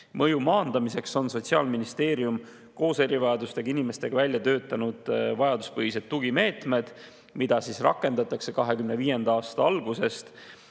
Mõju maandamiseks on Sotsiaalministeerium koos erivajadustega inimestega välja töötanud vajaduspõhised tugimeetmed, mida rakendatakse 2025. aasta algusest